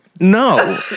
No